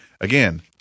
Again